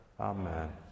Amen